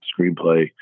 screenplay